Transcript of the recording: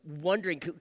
Wondering